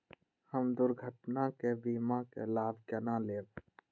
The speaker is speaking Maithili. हम दुर्घटना के बीमा के लाभ केना लैब?